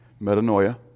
metanoia